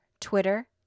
twitter